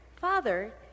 Father